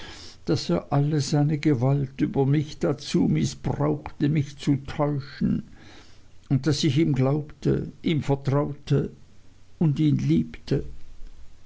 daß er alle seine gewalt über mich dazu mißbrauchte mich zu täuschen und daß ich ihm glaubte ihm vertraute und ihn liebte